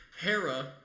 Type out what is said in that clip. Hera